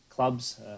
Clubs